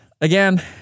Again